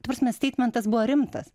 ta prasme steitmentas buvo rimtas